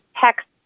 text